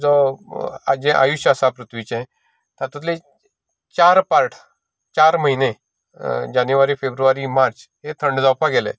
जो हाजें आयुश्य आसा पृथ्वीचें तातूंतले चार पार्ट चार म्हयने जानेवारी फेब्रुवारी मार्च हे थंड जावपाक गेले